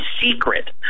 secret